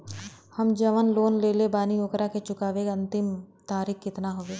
हम जवन लोन लेले बानी ओकरा के चुकावे अंतिम तारीख कितना हैं?